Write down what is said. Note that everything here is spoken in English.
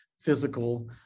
physical